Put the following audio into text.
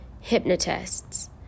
hypnotists